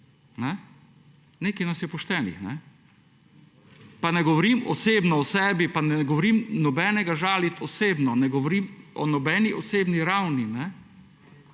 Nekaj nas je poštenih. Pa ne govorim osebno o sebi pa ne govorim, nobenega žaliti osebno, ne govorim o nobeni osebni ravni.